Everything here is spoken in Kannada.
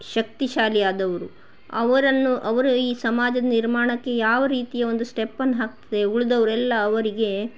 ಶಕ್ತಿಶಾಲಿ ಆದವರು ಅವರನ್ನು ಅವರು ಈ ಸಮಾಜದ ನಿರ್ಮಾಣಕ್ಕೆ ಯಾವ ರೀತಿಯ ಒಂದು ಸ್ಟೆಪ್ಪನ್ನ ಹಾಕ್ತದೆ ಉಳಿದವ್ರೆಲ್ಲಾ ಅವರಿಗೆ